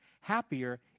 happier